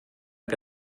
que